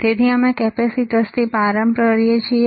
તેથી અમે કેપેસિટર્સથી પ્રારંભ કરીએ છીએ